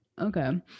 Okay